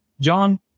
John